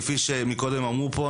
כפי שקודם אמרו פה,